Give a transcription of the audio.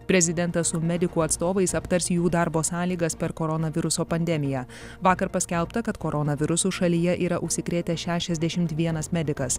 prezidentas su medikų atstovais aptars jų darbo sąlygas per koronaviruso pandemiją vakar paskelbta kad koronavirusu šalyje yra užsikrėtę šešiasdešimt vienas medikas